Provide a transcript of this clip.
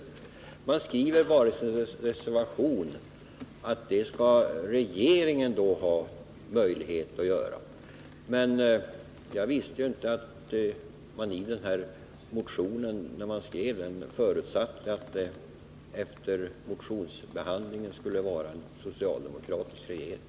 Socialdemokraterna skriver bara i reservationen att regeringen skall ha möjlighet att göra detta. Jag visste inte att man, när man skrev den här motionen, förutsatte att det efter motionsbehandlingen skulle vara en socialdemokratisk regering.